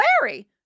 Larry